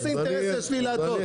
איזה אינטרס יש לי להטעות?